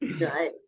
Right